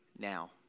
now